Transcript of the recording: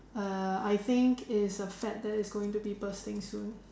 uh I think is a fad that is going to be bursting soon